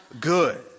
Good